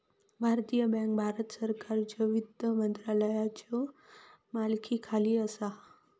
भारतीय बँक भारत सरकारच्यो वित्त मंत्रालयाच्यो मालकीखाली असा